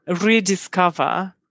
rediscover